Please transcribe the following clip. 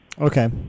Okay